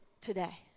today